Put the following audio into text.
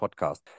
podcast